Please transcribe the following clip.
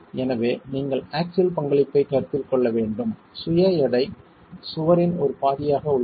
எனவே நீங்கள் ஆக்ஸில் பங்களிப்பைக் கருத்தில் கொள்ள வேண்டும் சுய எடை சுவரின் ஒரு பாதியாக உள்ளது